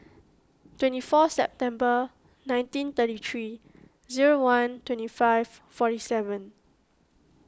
twenty four September nineteen thirty three zero one twenty five forty seven